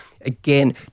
again